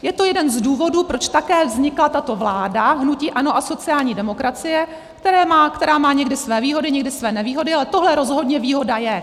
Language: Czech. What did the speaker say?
Je to jeden z důvodů, proč také vznikla tato vláda hnutí ANO a sociální demokracie, která má někdy své výhody, někdy své nevýhody, ale tohle rozhodně výhoda je.